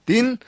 Din